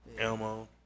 Elmo